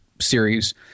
series